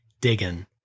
digging